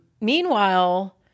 meanwhile